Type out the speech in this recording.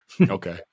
Okay